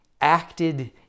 acted